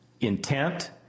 intent